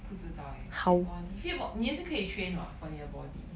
不知道 eh fit body fit 你也是可以 train [what] for 你的 body